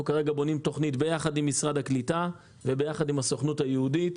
אנחנו כרגע בונים תכנית יחד עם משרד הקליטה ועם הסוכנות היהודית.